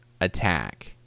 attack